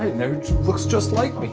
looks just like